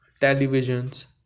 televisions